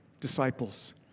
disciples